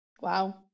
Wow